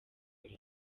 rev